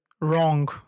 Wrong